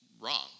wrong